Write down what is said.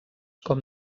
com